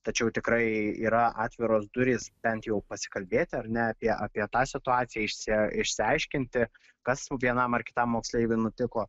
tačiau tikrai yra atviros durys bent jau pasikalbėti ar ne apie apie tą situaciją išsi išsiaiškinti kas vienam ar kitam moksleiviui nutiko